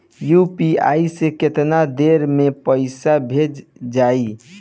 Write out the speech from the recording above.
UPI से केतना देर मे पईसा भेजा जाई?